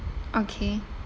okay